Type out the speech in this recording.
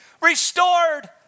restored